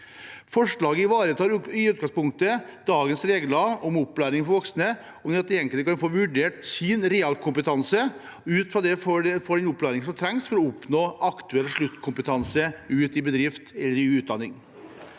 Forslaget ivaretar i utgangspunktet dagens regler om opplæring for voksne om at den enkelte kan få vurdert sin realkompetanse og ut fra det få den opplæring som trengs for å oppnå den aktuelle sluttkompetansen ute i bedrift eller i utdanning.